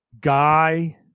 guy